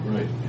Right